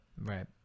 Right